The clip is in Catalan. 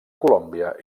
colòmbia